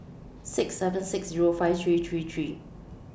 six seven six Zero five three three three